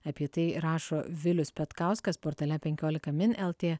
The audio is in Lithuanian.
apie tai rašo vilius petkauskas portale penkiolika min lt